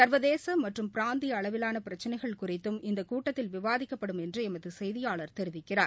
சா்வதேச மற்றும் பிராந்திய அளவிலான பிரச்சினைகள் குறித்தும் இந்த கூட்டத்தில் விவாதிக்கப்படும் என்று எமது செய்தியாளர் தெரிவிக்கிறார்